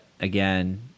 again